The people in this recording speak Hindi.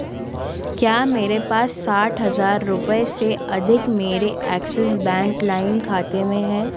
क्या मेरे पास साठ हजार रुपये से अधिक मेरे एक्सिज़ बैंक लाइम खाते में है